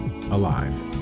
alive